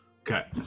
Okay